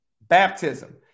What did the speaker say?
baptism